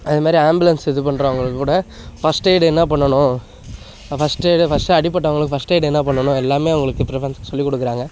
அது மாதிரி ஆம்புலன்ஸ் இது பண்ணுறவங்களுக்கு கூட ஃபர்ஸ்ட் எயிட் என்ன பண்ணணும் ஃபர்ஸ்ட் எயிடை ஃபர்ஸ்ட்டு அடிப்பட்டவங்களுக்கு ஃபஸ்ட் எயிட் என்ன பண்ணணும் எல்லாமே அவங்களுக்கு ப்ரிவன்ஸ் சொல்லிக் கொடுக்குறாங்க